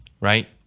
right